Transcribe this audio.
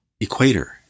Equator